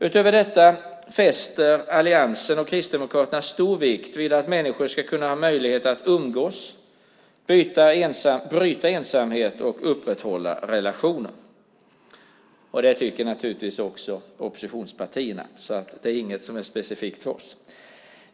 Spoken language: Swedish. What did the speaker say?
Utöver detta fäster alliansen och Kristdemokraterna stor vikt vid att människor ska ha möjligheter att umgås, bryta ensamhet och upprätthålla relationer. Det tycker naturligtvis också ni i oppositionspartierna, så det är inget som är specifikt för oss.